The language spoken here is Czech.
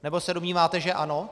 Nebo se domníváte, že ano?